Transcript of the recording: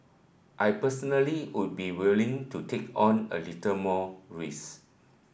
I personally would be willing to take on a little more risk